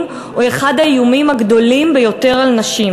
הוא אחד האיומים הגדולים ביותר על נשים,